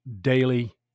daily